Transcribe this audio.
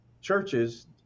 churches